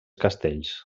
castells